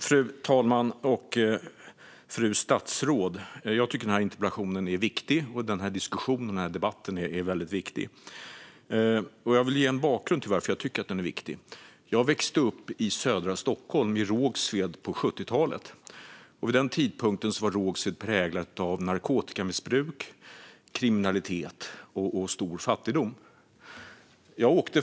Fru talman! Jag tycker att den här interpellationen är viktig, liksom debatten och diskussionen, och jag vill ge en bakgrund till varför jag tycker att den är viktig. Jag växte upp i Rågsved i södra Stockholm på 70-talet. Vid den tidpunkten var Rågsved präglat av narkotikamissbruk, kriminalitet och stor fattigdom.